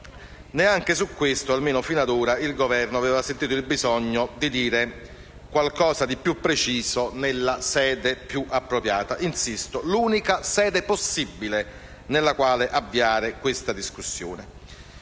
quest'ultimo punto, almeno fino ad ora, il Governo aveva sentito il bisogno di dire qualcosa di più preciso, nella sede più appropriata. Insisto, questa è l'unica sede possibile nella quale avviare una discussione